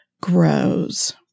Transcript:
grows